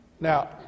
Now